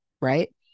right